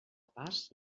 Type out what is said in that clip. pas